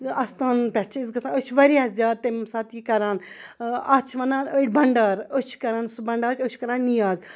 اَستانَن پٮ۪ٹھ چھِ أسۍ گژھان أسۍ چھِ واریاہ زیادٕ تمہِ ساتہٕ یہِ کَران اَتھ چھِ وَنان أڑۍ بَنڈار أسۍ چھِ کَران سُہ بنڈار أسۍ چھِ کَران نِیاز